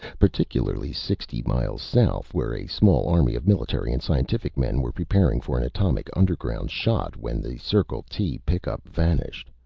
particularly sixty miles south where a small army of military and scientific men were preparing for an atomic underground shot when the circle t pickup vanished.